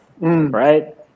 right